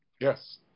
Yes